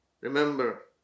Remember